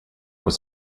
was